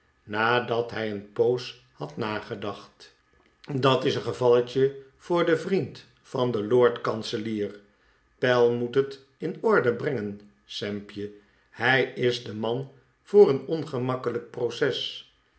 nadat hij een poos had nagedacht dat is een gevalletje voor den vriend van den lord-kanselier pell moet het in orde brengen sampje hij is de man vopr een ongemakkeiijk proces